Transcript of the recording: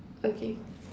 okay